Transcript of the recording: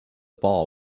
ball